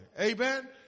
Amen